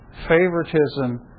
favoritism